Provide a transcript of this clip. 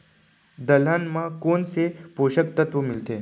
दलहन म कोन से पोसक तत्व मिलथे?